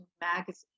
magazine